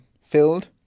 filled